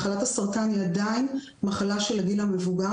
מחלת הסרטן היא עדיין מחלה של הגיל המבוגר